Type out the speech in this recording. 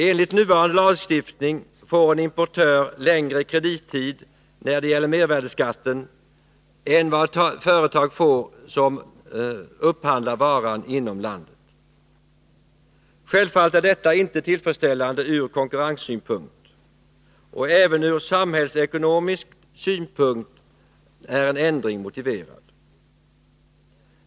Enligt nuvarande lagstiftning får en importör längre kredittid när det gäller mervärdeskatten än vad ett företag får som upphandlar varan inom landet. Självfallet är detta inte tillfredsställande ur konkurrenssynpunkt. Även ur samhällsekonomisk synpunkt är en ändring motiverad.